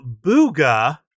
Booga